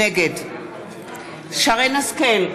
נגד שרן השכל,